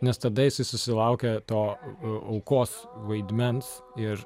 nes tada jisai susilaukia to aukos vaidmens ir